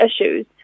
issues